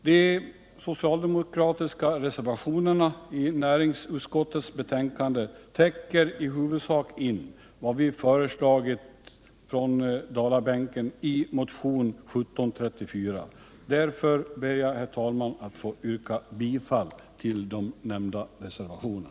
De socialdemokratiska reservationerna i näringsutskottets betänkande täcker i huvudsak in vad vi föreslagit från Dalabänken i motionen 1734. Därför ber jag att få yrka bifall till nämnda reservationer.